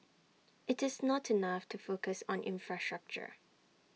IT is not enough to focus on infrastructure